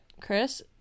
Chris